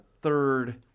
third